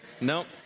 Nope